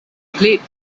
played